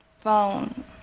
Phone